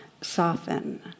soften